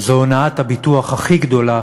זו הונאת הביטוח הכי גדולה